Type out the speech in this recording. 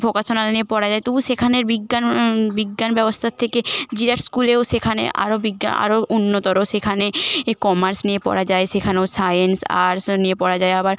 vocational নিয়ে পড়া যায় তবু সেখানের বিজ্ঞান বিজ্ঞান ব্যবস্থার থেকে জিরাট স্কুলেও সেখানে আরো বিজ্ঞান আরো উন্নতর সেখানে এ কমার্স নিয়ে পড়া যায় সেখানেও সাইন্স আর্টস নিয়ে পড়া যায় আবার